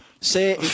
Say